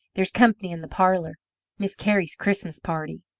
there's company in the parlour miss carry's christmas party.